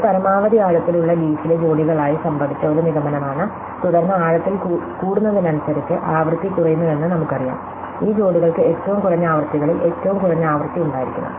ഇത് പരമാവധി ആഴത്തിലുള്ള ലീഫിലെ ജോഡികളായി സംഭവിച്ച ഒരു നിഗമനമാണ് തുടർന്ന് ആഴത്തിൽ കൂടുന്നതിനനുസരിച്ച് ആവൃത്തി കുറയുന്നുവെന്ന് നമുക്കറിയാം ഈ ജോഡികൾക്ക് ഏറ്റവും കുറഞ്ഞ ആവൃത്തികളിൽ ഏറ്റവും കുറഞ്ഞ ആവൃത്തി ഉണ്ടായിരിക്കണം